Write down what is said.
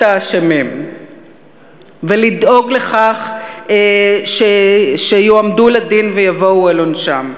האשמים ולדאוג לכך שיועמדו לדין ויבואו על עונשם.